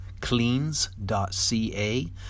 cleans.ca